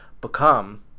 become